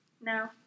No